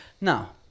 Now